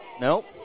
Nope